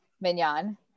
mignon